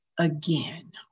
again